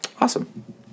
awesome